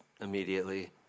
immediately